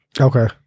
Okay